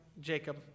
Jacob